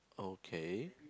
okay